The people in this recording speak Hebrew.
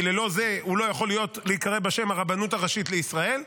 כי ללא זה הוא לא יכול להיקרא בשם הרבנות הראשית בישראל.